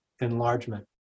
enlargement